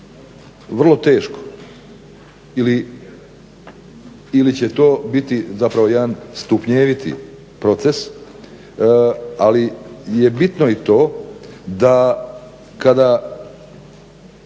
Vrlo teško ili će to biti zapravo jedan stupnjeviti proces, ali je bitno i to da kada